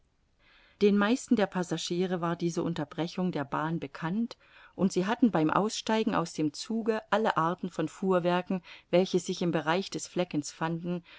den meisten der passagiere war diese unterbrechung der bahn bekannt und sie hatten beim aussteigen aus dem zuge alle arten von fuhrwerken welche sich im bereich des fleckens fanden